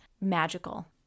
magical